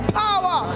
power